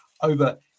over